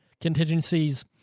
contingencies